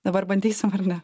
dabar bandysim ar ne